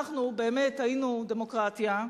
אנחנו באמת היינו דמוקרטיה,